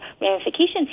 ramifications